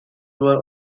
were